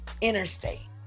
interstate